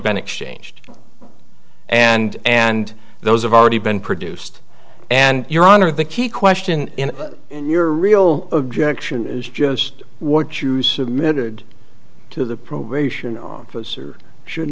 been exchanged and and those of already been produced and your honor the key question in your real objection is just what you submitted to the program officer should